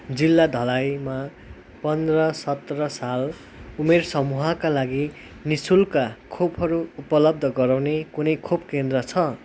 जिल्ला धलाईमा पन्ध्र सत्र साल उमेर समूहका लागि नि शुल्क खोपहरू उपलब्ध गराउने कुनै खोप केन्द्र छ